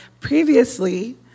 previously